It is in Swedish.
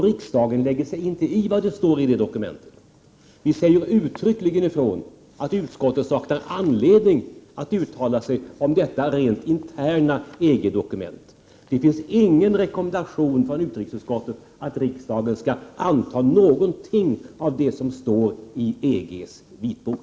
Riksdagen lägger sig inte i vad det står i detta dokument. Vi säger uttryckligen ifrån att utskottet saknar anledning att uttala sig om detta rent interna EG-dokument. Det finns ingen rekommendation från utrikesutskottet om att riksdagen skall anta någonting av det som står i EG:s vitbok.